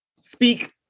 speak